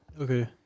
Okay